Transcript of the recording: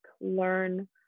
learn